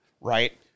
right